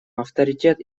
авторитет